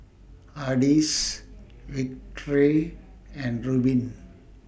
Ardis Victory and Rubin